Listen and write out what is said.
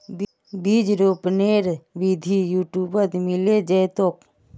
बीज रोपनेर विधि यूट्यूबत मिले जैतोक